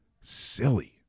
Silly